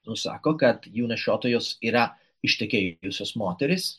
nusako kad jų nešiotojos yra ištekėjusios moterys